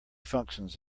functions